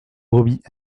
brebis